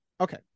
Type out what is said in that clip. Okay